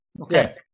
okay